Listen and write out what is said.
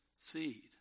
seed